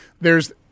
there's-